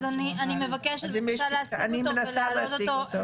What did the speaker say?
אני מנסה להשיג אותו.